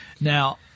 Now